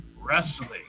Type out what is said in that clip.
Wrestling